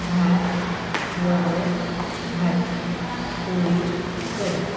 भात वरण भाजी पोळी कढी